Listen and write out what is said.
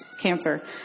cancer